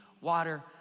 water